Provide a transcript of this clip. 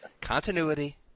Continuity